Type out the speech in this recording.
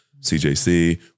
CJC